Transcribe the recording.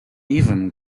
even